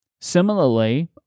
Similarly